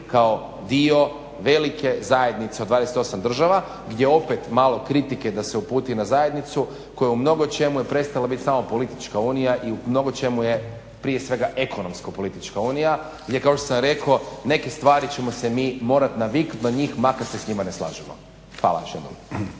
kao dio velike zajednice od 28 država, gdje opet malo kritike da se uputi na zajednicu koja je u mnogočemu prestala biti samo politička unija i u mnogočemu je prije svega ekonomsko-politička unija gdje kao što sam rekao neke stvari ćemo se mi morati naviknuti na njih makar se s njima ne slažemo. Hvala još jednom.